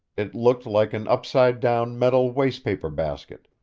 it looked like an upside-down metal wastepaper basket,